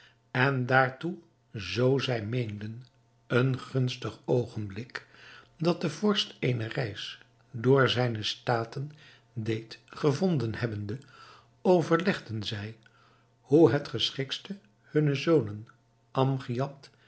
en daartoe zoo zij meenden een gunstig oogenblik dat de vorst eene reis door zijne staten deed gevonden hebbende overlegden zij hoe het geschiktste hunne zonen